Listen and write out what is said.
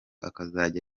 azajya